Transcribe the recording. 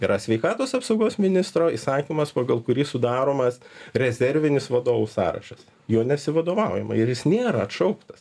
yra sveikatos apsaugos ministro įsakymas pagal kurį sudaromas rezervinis vadovų sąrašas juo nesivadovaujama ir jis nėra atšauktas